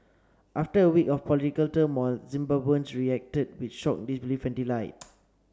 after a week of political turmoil Zimbabweans reacted with shock disbelief and delight